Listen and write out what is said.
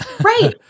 right